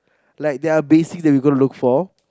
like they are basic that we gonna look for